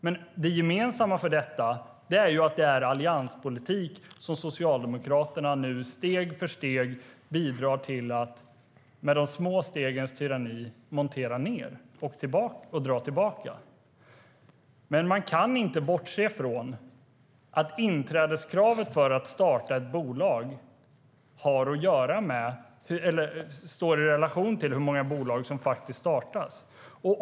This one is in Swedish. Men det gemensamma för detta är att det handlar om allianspolitik som Socialdemokraterna nu steg för steg, med de små stegens tyranni, bidrar till att montera ned och dra tillbaka. Man kan inte bortse från att inträdeskravet för att starta ett bolag står i relation till hur många bolag som faktiskt startas.